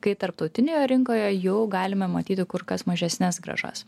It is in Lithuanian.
kai tarptautinėje rinkoje jau galime matyti kur kas mažesnes grąžas